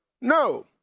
No